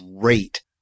great